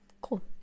cool